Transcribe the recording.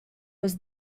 was